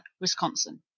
Wisconsin